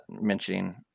mentioning